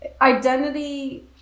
identity